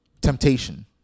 temptation